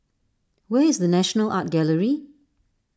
where is the National Art Gallery